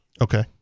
Okay